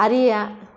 அறிய